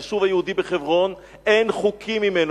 היישוב היהודי בחברון אין חוקי ממנו.